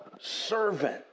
servant